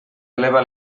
eleva